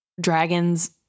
dragons